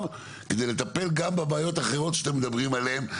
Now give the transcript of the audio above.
כדי לטפל גם בבעיות האחרות שאתם מדברים עליהן,